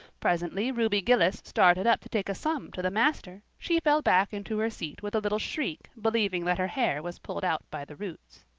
presently ruby gillis started up to take a sum to the master she fell back into her seat with a little shriek, believing that her hair was pulled out by the roots.